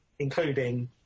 Including